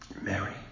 Mary